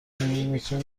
بینتون